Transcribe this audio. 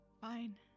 Fine